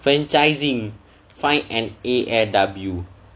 franchising find at A&W